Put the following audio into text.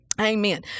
Amen